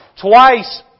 twice